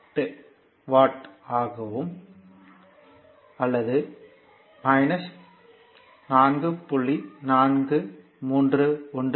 8 watt என்று கிடைக்கும் அல்லது 4